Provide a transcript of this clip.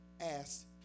asked